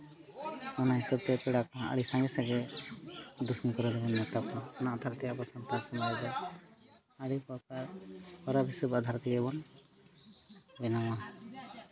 ᱚᱱᱟ ᱦᱤᱥᱟᱹᱵ ᱛᱮ ᱯᱮᱲᱟ ᱠᱚᱦᱚᱸ ᱟᱹᱰᱤ ᱥᱟᱸᱜᱮ ᱥᱟᱸᱜᱮ ᱱᱮᱶᱛᱟ ᱠᱚᱣᱟ ᱚᱱᱟ ᱟᱫᱷᱟᱨ ᱛᱮ ᱟᱵᱚ ᱥᱟᱱᱛᱟᱲ ᱥᱚᱢᱟᱡᱽ ᱨᱮ ᱟᱹᱰᱤ ᱯᱨᱚᱠᱟᱨ ᱯᱚᱨᱚᱵᱽ ᱟᱫᱷᱟᱨ ᱛᱮᱜᱮ ᱵᱚᱱ ᱵᱮᱱᱟᱣᱟ